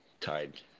tied